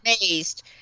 amazed